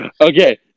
Okay